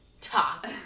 talk